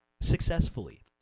successfully